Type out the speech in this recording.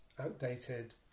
outdated